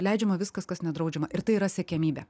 leidžiama viskas kas nedraudžiama ir tai yra siekiamybė